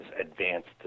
advanced